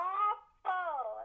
awful